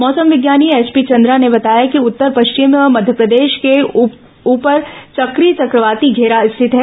मौसम विज्ञानी एचपी चंद्रा ने बताया कि उत्तर पश्चिम मध्यप्रदेश के ऊपर चक्रीय चक्रवाती धेरा स्थित है